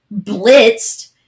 blitzed